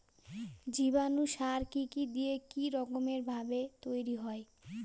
জীবাণু সার কি কি দিয়ে কি রকম ভাবে তৈরি হয়?